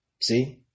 See